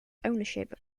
ownership